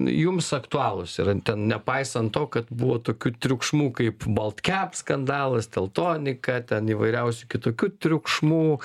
jums aktualūs yra ten nepaisant to kad buvo tokių triukšmų kaip baltcap skandalas teltonika ten įvairiausių kitokių triukšmų